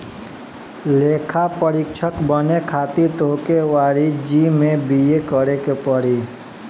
लेखापरीक्षक बने खातिर तोहके वाणिज्यि में बी.ए करेके पड़ी